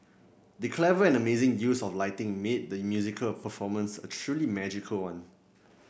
the clever and amazing use of lighting made the musical performance a truly magical one